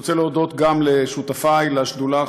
אני רוצה להודות גם לשותפי לשדולה,